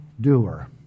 doer